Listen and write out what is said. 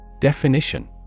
Definition